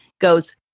goes